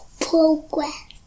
progress